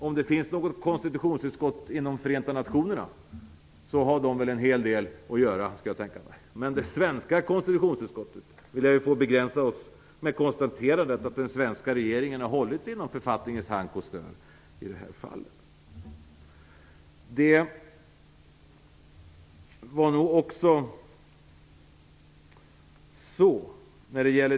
Om det finns något konstitutionsutskott inom Förenta nationerna har det en hel del att göra, skulle jag kunna tänka mig. Men det svenska konstitutionsutskottet lär få begränsa sig till konstaterandet att den svenska regeringen har hållit sig inom författningens hank och stör i detta fall.